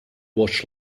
watch